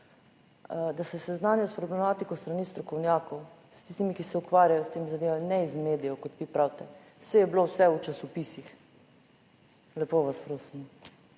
da se seznanijo s problematiko s strani strokovnjakov, s tistimi, ki se ukvarjajo s temi zadevami, ne iz medijev kot vi pravite "Saj je bilo vse v časopisih". Lepo vas prosim.